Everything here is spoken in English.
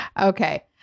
Okay